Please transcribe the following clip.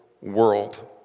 world